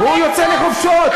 הוא יוצא לחופשות,